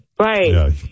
right